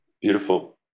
Beautiful